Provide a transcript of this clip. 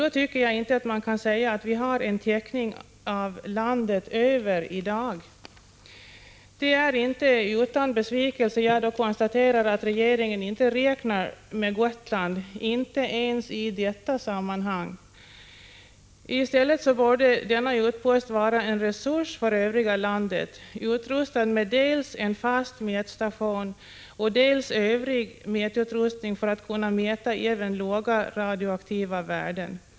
Då tycker jag inte att man kan säga att vi har en täckning av hela landet i dag. Det är inte utan besvikelse jag konstaterar att regeringen inte räknar med Gotland, inte ens i detta sammanhang. I stället borde denna utpost vara en resurs för övriga landet, utrustad med dels en fast mätstation, dels övrig mätutrustning för att kunna mäta även låga radioaktiva värden.